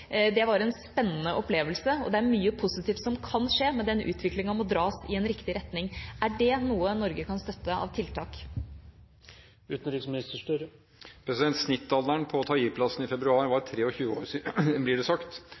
Det var en spennende opplevelse, og det er mye positivt som kan skje, men den utviklingen må dras i en riktig retning. Er det noe Norge kan støtte av tiltak? Snittalderen på Tahrir-plassen i februar var 23 år, blir det sagt.